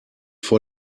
vor